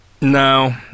No